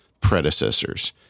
predecessors